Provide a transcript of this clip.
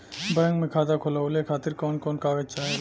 Bank मे खाता खोलवावे खातिर कवन कवन कागज चाहेला?